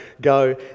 go